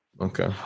Okay